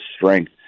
strength